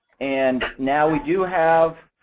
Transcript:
and now, we do have